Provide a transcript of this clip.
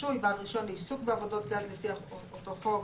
ורישוי); בעל רישיון לעיסוק בעבודות גז לפי אותו חוק,